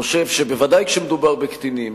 חושב שבוודאי כשמדובר בקטינים,